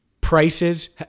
prices